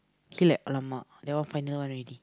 okay like !alamak! that one final one already